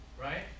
Right